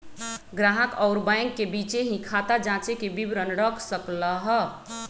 ग्राहक अउर बैंक के बीचे ही खाता जांचे के विवरण रख सक ल ह